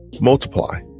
multiply